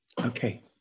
Okay